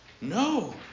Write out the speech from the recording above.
No